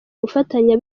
gufatanya